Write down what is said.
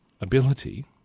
ability